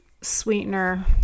sweetener